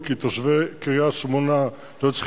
כי המראיין הוא מצוין,